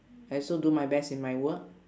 I also do my best in my work